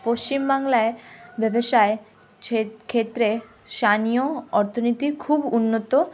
পশ্চিমবাংলায় ব্যবসায় ক্ষেত্রে স্থানীয় অর্থনীতি খুব উন্নত